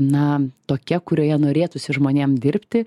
na tokia kurioje norėtųsi žmonėm dirbti